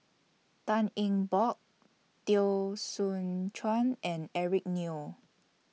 Tan Eng Bock Teo Soon Chuan and Eric Neo